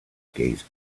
gaze